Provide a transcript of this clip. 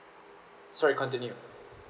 sorry continue